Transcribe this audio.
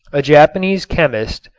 a japanese chemist,